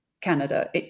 Canada